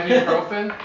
Ibuprofen